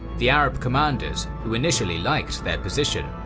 the arab commanders, who initially liked their position,